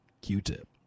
Q-Tip